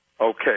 Okay